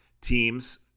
teams –